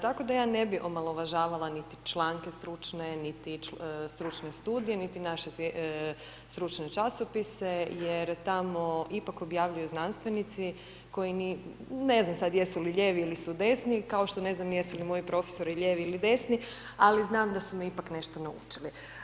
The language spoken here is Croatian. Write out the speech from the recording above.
Tako da ja ne bih omalovažavala niti članke stručne, niti stručne studije niti naše stručne časopise jer tamo ipak objavljuju znanstvenici koji ni, ne znam sad jesu li lijevi ili su desni, kao što ne znam ni jesu li moji profesori lijevi ili desni ali znam da su me ipak nešto naučili.